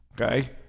okay